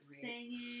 singing